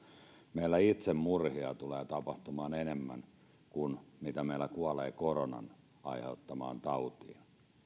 meillä itsemurhia tulee tapahtumaan enemmän kuin mitä meillä kuolee koronan aiheuttamaan tautiin